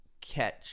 catch